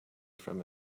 from